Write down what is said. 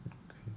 okay